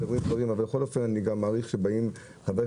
אבל בכל אופן אני גם מעריך שבאים חברי